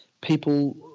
people